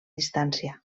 distància